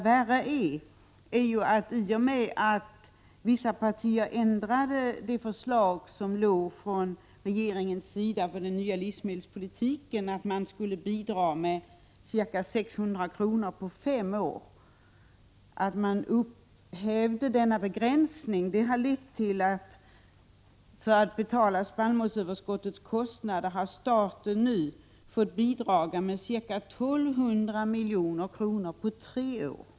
Värre är emellertid att man i och med att vissa partier ändrade de förslag beträffande den nya livsmedelspolitiken som regeringen fört fram — att man skulle bidra med ca 600 kr. på fem år — upphävde denna begränsning. Det har lett till att staten har fått bidra med ca 1 200 milj.kr. på tre år för att betala spannmålsöverskottets kostnader.